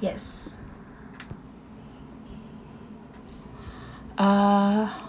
yes ah